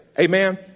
Amen